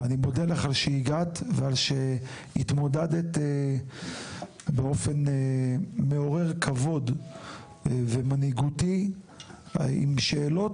אני מודה לך על שהגעת ועל שהתמודדת באופן מעורר כבוד ומנהיגותי עם שאלות